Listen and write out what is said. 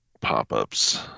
pop-ups